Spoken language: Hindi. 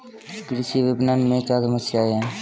कृषि विपणन में क्या समस्याएँ हैं?